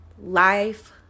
life